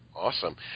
Awesome